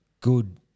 good